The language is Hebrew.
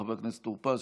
חבר הכנסת טור פז,